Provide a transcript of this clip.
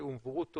שהוא ברוטו,